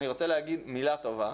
אני רוצה להגיד מילה טובה